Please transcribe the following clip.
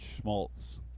schmaltz